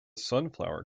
sunflower